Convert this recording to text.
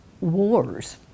wars